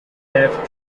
paved